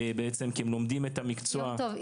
כי הם לומדים את המקצוע --- יום טוב,